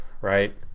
right